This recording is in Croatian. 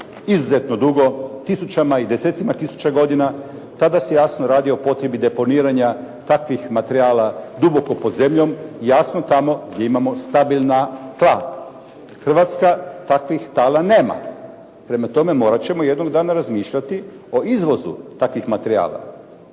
izuzetno dugo, tisućama i desecima tisuća godina. Tada se jasno radi o potrebi deponiranja takvih materijala duboko pod zemljom jasno tamo gdje imamo stabilna tla. Hrvatska takvih tala nema. Prema tome, morat ćemo jednog dana razmišljati o izvozu takvih materijala.